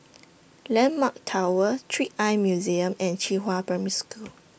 Landmark Tower Trick Eye Museum and Qihua Primary School